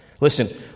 Listen